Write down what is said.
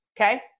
okay